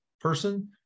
person